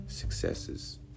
successes